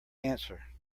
answer